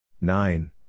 Nine